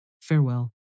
Farewell